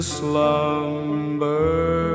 slumber